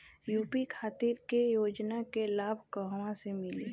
UP खातिर के योजना के लाभ कहवा से मिली?